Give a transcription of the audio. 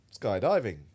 skydiving